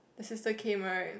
the sister came right